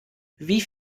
wie